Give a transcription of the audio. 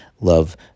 love